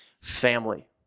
Family